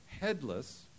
headless